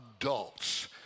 adults